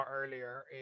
earlier